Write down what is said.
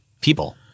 people